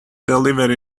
delivery